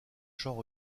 chants